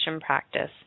practice